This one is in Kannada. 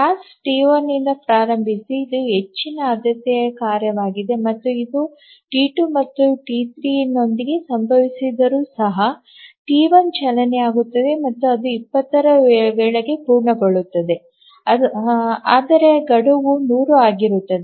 ಟಾಸ್ಕ್ ಟಿ1 ನಿಂದ ಪ್ರಾರಂಭಿಸಿ ಇದು ಹೆಚ್ಚಿನ ಆದ್ಯತೆಯ ಕಾರ್ಯವಾಗಿದೆ ಮತ್ತು ಇದು ಟಿ2 ಮತ್ತು ಟಿ3 ನೊಂದಿಗೆ ಸಂಭವಿಸಿದರೂ ಸಹ ಟಿ1 ಚಾಲನೆಯಾಗುತ್ತದೆ ಮತ್ತು ಅದು 20 ರ ವೇಳೆಗೆ ಪೂರ್ಣಗೊಳ್ಳುತ್ತದೆ ಆದರೆ ಗಡುವು 100 ಆಗಿರುತ್ತದೆ